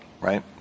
Right